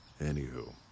Anywho